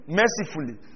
mercifully